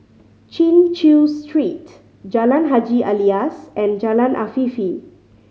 Chin Chew Street Jalan Haji Alias and Jalan Afifi